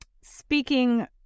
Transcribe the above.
speaking